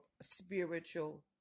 spiritual